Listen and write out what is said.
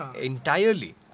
entirely